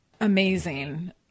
Amazing